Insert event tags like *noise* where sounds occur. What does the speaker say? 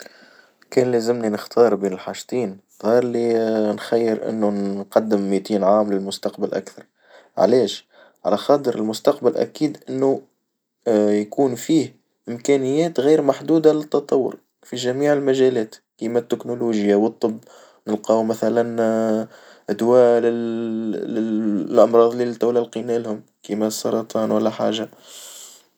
كان لازمني نختار بين الحاجتين غير اللي *hesitation* نخيل إنه نقدم ميتين عام للمستقبل أكثر، علاش؟ على خاطر المستقبل أكيد إنه *hesitation* يكون فيه إمكانيات غير محدودة للتطور في جميع المجالات كيما التكنولوجيا والطب نلقاو مثلًا *hesitation* دوا لل- للأمراض اللي دولة لقينالهم كما السرطان والا حاجة.